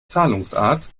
zahlungsart